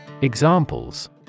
Examples